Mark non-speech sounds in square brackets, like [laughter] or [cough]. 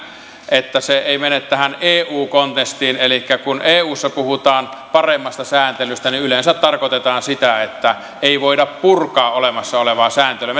että se ei mene tähän eu kontekstiin elikkä kun eussa puhutaan paremmasta sääntelystä niin yleensä tarkoitetaan sitä että ei voida purkaa olemassa olevaa sääntelyä [unintelligible]